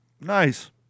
nice